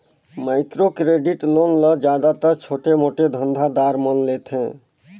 micro credit loan ल जादातर छोटे मोटे धंधा दार मन लेथें